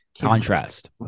contrast